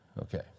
Okay